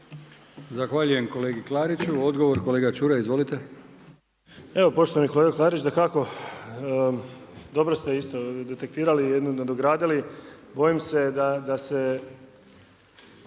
Zahvaljujem kolegi Klariću. Odgovor kolega Čuraj. Izvolite. **Čuraj, Stjepan (HNS)** Evo, poštovani kolega Klarić, dakako, dobro ste isto detektirali, jedno nadogradili, bojim se da se,